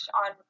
on